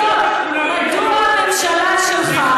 אז בוא תבדוק מדוע הממשלה שלך,